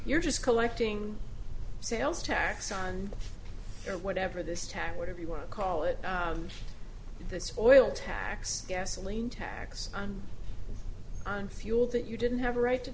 you're just collecting sales tax on or whatever this time whatever you want to call it the oil tax gasoline tax on fuel that you didn't have a right to